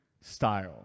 style